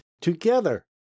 together